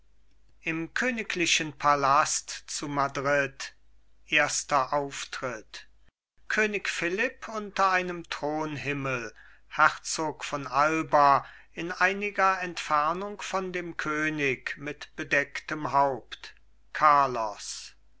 im königlichen palast zu madrid erster auftritt könig philipp unter einem thronhimmel herzog von alba in einiger entfernung von dem könig mit bedecktem haupt carlos